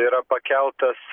yra pakeltas